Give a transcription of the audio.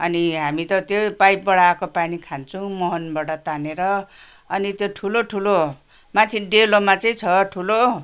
अनि त हामी त्यो पाइपबाट आएको पानी खान्छौँ मुहानबाट तानेर अनि त्यो ठुलो ठुलो माथि डेलोमा चाहिँ छ ठुलो